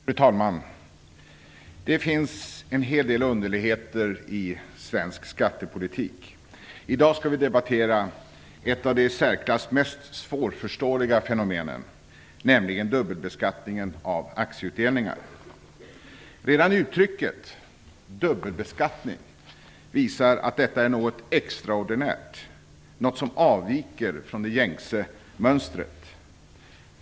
Fru talman! Det finns en hel del underligheter i svensk skattepolitik. I dag skall vi debattera ett av de i särklass mest svårförståeliga fenomenen, nämligen dubbelbeskattningen av aktieutdelningar. Redan uttrycket dubbelbeskattning visar att detta är något extraordinärt, något som avviker från gängse mönster.